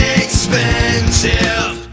expensive